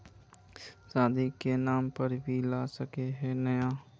शादी के नाम पर भी ला सके है नय?